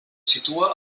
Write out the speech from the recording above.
situa